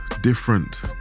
different